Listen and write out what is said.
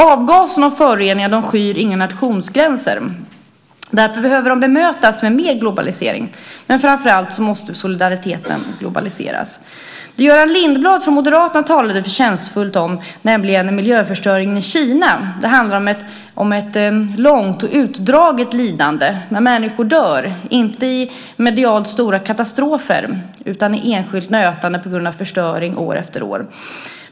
Avgaserna och föroreningarna skyr inga nationsgränser. Därför behöver de bemötas med mer globalisering, men framför allt måste solidariteten globaliseras. Göran Lindblad från Moderaterna talade förtjänstfullt om miljöförstöringen i Kina. Det handlar om ett långt och utdraget lidande. Människor dör, inte i medialt stora katastrofer, utan i enskilt nötande, på grund av förstöring år efter år.